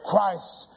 Christ